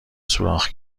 سوراخ